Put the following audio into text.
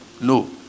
No